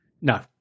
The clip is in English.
No